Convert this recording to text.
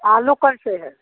आलू कैसे हैं